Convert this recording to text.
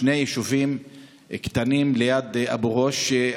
שני יישובים קטנים ליד אבו גוש,